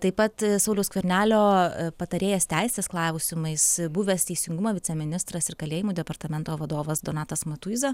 taip pat sauliaus skvernelio patarėjas teisės klausimais buvęs teisingumo viceministras ir kalėjimų departamento vadovas donatas matuiza